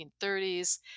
1930s